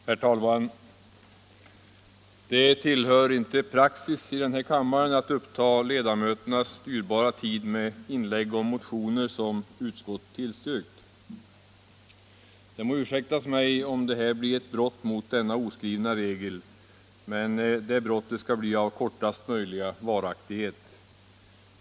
Herr talman! Det tillhör inte praxis i den här kammaren att uppta ledamöternas dyrbara tid med inlägg om motioner som utskott tillstyrkt. Det må ursäktas mig, om det här blir ett brott mot denna oskrivna regel —- men det brottet skall bli av kortaste möjliga varaktighet.